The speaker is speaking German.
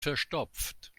verstopft